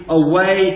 away